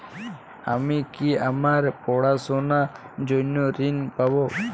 আমি কি আমার পড়াশোনার জন্য ঋণ পাব?